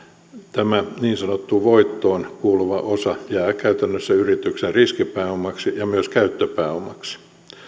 tämä niin sanottu voittoon kuuluva osa jää käytännössä yrityksen riskipääomaksi ja myös käyttöpääomaksi